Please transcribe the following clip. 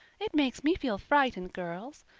it makes me feel frightened, girls.